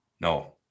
no